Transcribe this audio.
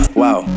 wow